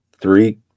three